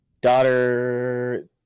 daughter